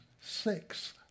six